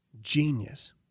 genius